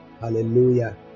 Hallelujah